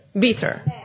Bitter